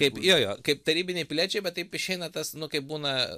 kaip jo jo kaip tarybiniai piliečiai bet taip išeina tas nu kaip būna